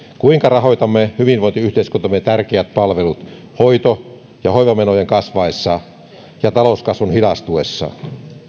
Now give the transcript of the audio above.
kuinka rahoitamme hyvinvointiyhteiskuntamme tärkeät palvelut hoito ja hoivamenojen kasvaessa ja talouskasvun hidastuessa